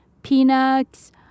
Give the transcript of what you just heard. Peanuts